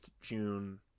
June